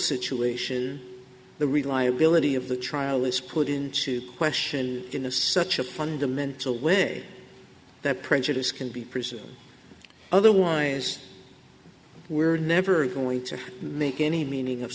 situation the reliability of the trial is put into question in a such a fundamental way that prejudice can be preserved otherwise we're never going to make any meaning of